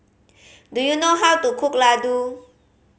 do you know how to cook Ladoo